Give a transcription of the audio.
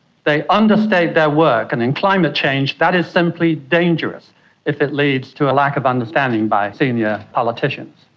they understate their work, and in climate change that is simply dangerous if it leads to a lack of understanding by senior politicians.